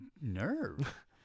nerve